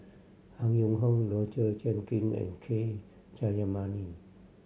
Han Yong Hong Roger Jenkin and K Jayamani